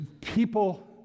people